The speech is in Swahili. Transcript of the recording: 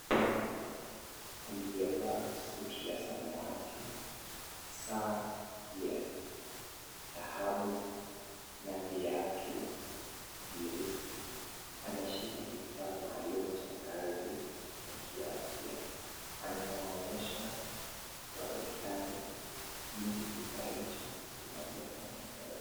Mwanaume aliyevaa suti ya samawati, saa ya dhahabu na viatu vyeusi, ameshika vifaa maalum cha kikazi cha kiafya. Anawaonyesha watu fulani jinsi kifaa hicho kinavyofanya kazi.